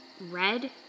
red